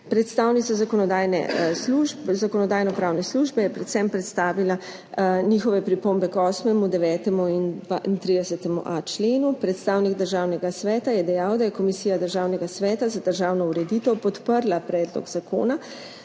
Predstavnica Zakonodajno-pravne službe je predvsem predstavila njihove pripombe k 8., 9. in 32.a členu. Predstavnik Državnega sveta je dejal, da je Komisija Državnega sveta za državno ureditev podprla predlog zakona.